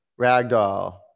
ragdoll